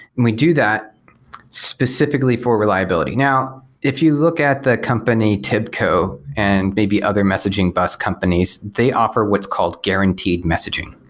and we do that specifically for reliability. now, if you look at the company tibco and may be other messaging bus companies, they offer what is called guaranteed messaging,